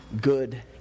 good